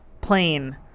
plane